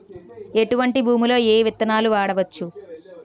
ఎటువంటి భూమిలో ఏ విత్తనాలు వాడవచ్చు?